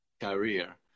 career